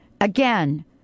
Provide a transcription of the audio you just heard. again